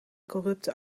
corrupte